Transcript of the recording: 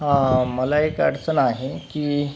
हा मला एक अडचण आहे की